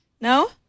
No